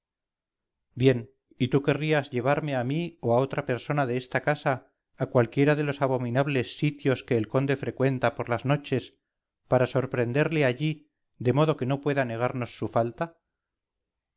bien y tú querrías llevarme a mí o a otra persona de esta casa a cualquiera de los abominables sitios que el conde frecuenta por las noches para sorprenderle allí de modo que no pueda negarnos su falta